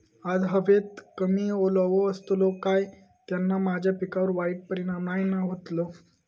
आज हवेत कमी ओलावो असतलो काय त्याना माझ्या पिकावर वाईट परिणाम नाय ना व्हतलो?